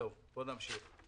זהו, בואו נמשיך.